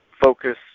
focus